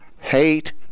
hate